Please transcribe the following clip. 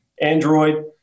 Android